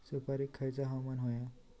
सुपरिक खयचा हवामान होया?